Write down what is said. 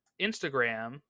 Instagram